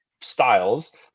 styles